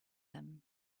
him